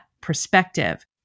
perspective